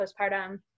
postpartum